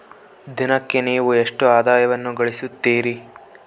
ದಿನಕ್ಕೆ ನೇವು ಎಷ್ಟು ಆದಾಯವನ್ನು ಗಳಿಸುತ್ತೇರಿ?